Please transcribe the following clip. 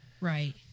Right